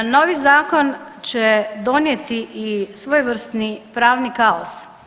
Novi zakon će donijeti i svojevrsnu pravni kaos.